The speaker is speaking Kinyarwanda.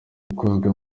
ikozwe